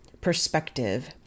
perspective